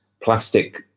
plastic